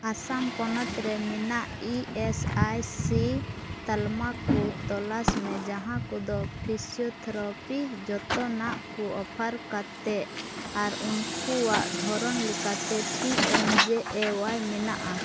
ᱟᱥᱟᱢ ᱯᱚᱱᱚᱛ ᱨᱮ ᱢᱮᱱᱟᱜ ᱤ ᱮᱥ ᱟᱭ ᱥᱤ ᱛᱟᱞᱢᱟ ᱠᱚ ᱛᱚᱞᱟᱥ ᱢᱮ ᱡᱟᱦᱟᱸ ᱠᱚᱫᱚ ᱯᱷᱤᱡᱤᱭᱳᱛᱷᱮᱨᱟᱯᱤ ᱡᱚᱛᱚᱱᱟᱜ ᱠᱚ ᱚᱯᱷᱟᱨ ᱠᱟᱛᱮᱫ ᱟᱨ ᱩᱱᱠᱩᱣᱟᱜ ᱫᱷᱚᱨᱚᱱ ᱞᱮᱠᱟᱛᱮ ᱯᱤ ᱮᱱ ᱡᱮ ᱚᱣᱟᱭ ᱢᱮᱱᱟᱜᱼᱟ